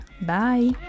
Bye